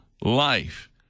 life